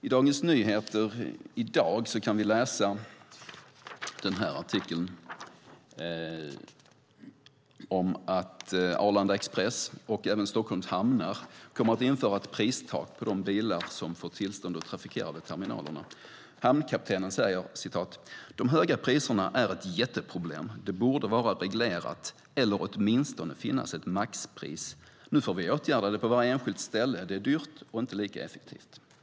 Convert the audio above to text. I Dagens Nyheter i dag kan vi läsa en artikel om att Arlanda Express och även Stockholms Hamnar kommer att införa ett pristak på de bilar som får tillstånd att trafikera vid terminalerna. Hamnkaptenen säger att de höga priserna är ett "jätteproblem". Han fortsätter: "Detta borde vara reglerat eller så borde det finnas ett maxpris. Nu får vi åtgärda det på varje ställe, och det är både dyrt och inte lika effektivt."